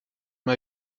mal